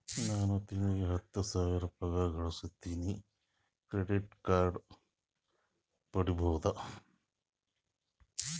ನಾನು ತಿಂಗಳಿಗೆ ಹತ್ತು ಸಾವಿರ ಪಗಾರ ಗಳಸತಿನಿ ಕ್ರೆಡಿಟ್ ಕಾರ್ಡ್ ಪಡಿಬಹುದಾ?